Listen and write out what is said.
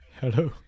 hello